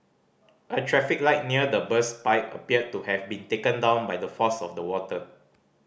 a traffic light near the burst pipe appeared to have been taken down by the force of the water